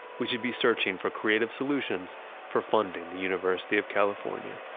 we should be searching for creative solutions for funding the university of california.